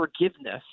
forgiveness